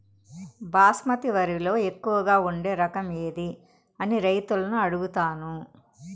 బాస్మతి వరిలో ఎక్కువగా పండే రకం ఏది అని రైతులను అడుగుతాను?